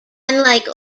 unlike